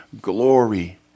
glory